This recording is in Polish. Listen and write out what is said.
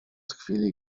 chwili